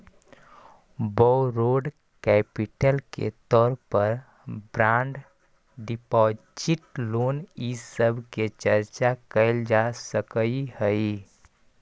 borrowed capital के तौर पर बॉन्ड डिपाजिट लोन इ सब के चर्चा कैल जा सकऽ हई